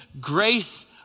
grace